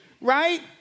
right